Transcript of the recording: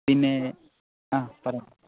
പിന്നെ ആ പറഞ്ഞോളൂ